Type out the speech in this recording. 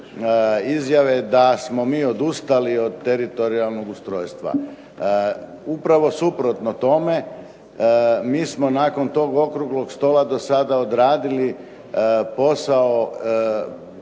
izjave da smo mi odustali od teritorijalnog ustrojstva. Upravo suprotno tome. Mi smo nakon tog okruglog stola do sada odradili posao